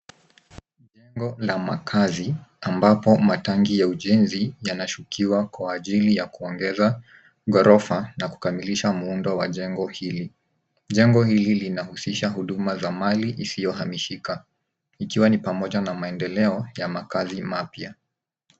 Jengo la makazi ambapo matangi ya ujenzi yanashukiwa kwa ajili ya kuongeza ghorofa na kukamilisha muundo wa jengo hili. Jengo hili linahusisha huduma za mali isiyohamishika ikiwa ni pamoja na maendeleo ya makazi mapya.